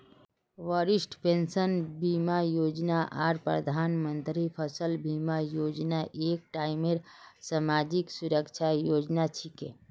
वरिष्ठ पेंशन बीमा योजना आर प्रधानमंत्री फसल बीमा योजना एक टाइपेर समाजी सुरक्षार योजना छिके